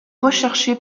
recherché